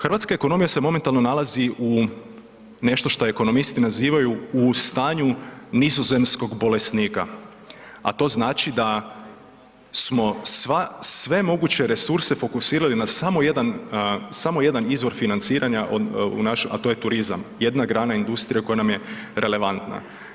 Hrvatska ekonomija se momentalno nalazi u, nešto šta ekonomisti nazivaju, u stanju nizozemskog bolesnika, a to znači da smo sva, sve moguće resurse fokusirali na samo jedan, samo jedan izvor financiranja, a to je turizam, jedna grana industrije koja nam je relevantna.